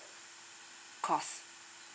course